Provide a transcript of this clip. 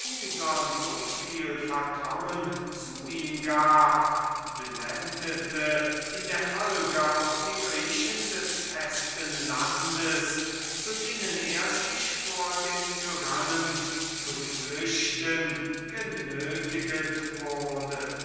syracusanern soviel vertrauen zu ihm gab blendete in der folge auch die griechen des festen landes zu denen er sich vor dem tyrannen zu flüchten genötiget wurde